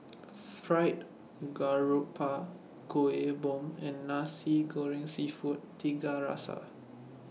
Fried Garoupa Kueh Bom and Nasi Goreng Seafood Tiga Rasa